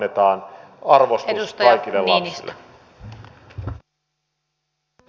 annetaan arvostus kaikille lapsille